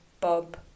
Bob